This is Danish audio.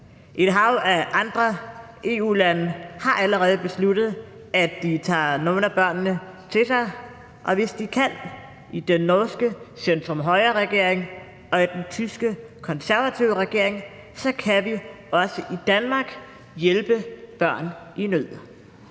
Et hav af andre EU-lande har allerede besluttet, at de tager nogle af børnene til sig, og hvis de kan hjælpe i den norske centrum-højre-regering og i den tyske konservative regering, så kan vi også i Danmark hjælpe børn i nød.